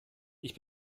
ich